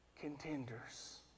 contenders